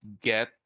get